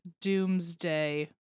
doomsday